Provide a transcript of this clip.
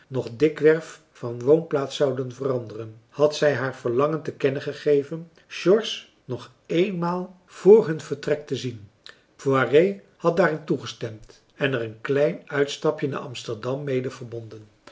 nog dikwerf van woonplaats zouden veranderen had zij haar verlangen te kennen gegeven george nog eenmaal voor hun vertrek te zien poiré had daarin toegestemd en er een klein uitstapje naar amsterdam mede verbonden